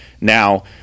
Now